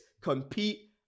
compete